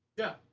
yeah.